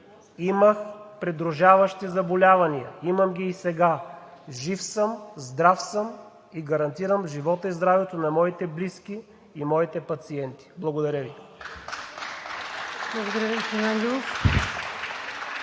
Имах придружаващи заболявания. Имам ги и сега. Жив съм, здрав съм и гарантирам живота и здравето на моите близки и моите пациенти. Благодаря Ви.